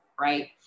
right